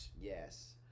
Yes